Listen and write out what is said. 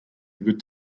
good